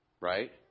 right